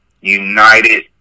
United